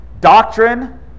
doctrine